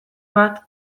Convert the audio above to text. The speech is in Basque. bat